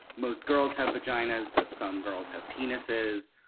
most girls have vaginas. but some girls have penises.